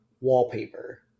wallpaper